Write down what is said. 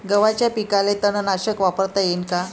गव्हाच्या पिकाले तननाशक वापरता येईन का?